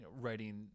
writing